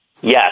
Yes